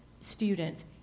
students